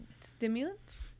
stimulants